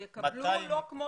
יקבלו, לא כמו